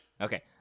Okay